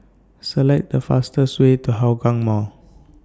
Select The fastest Way to Hougang Mall